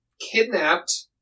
kidnapped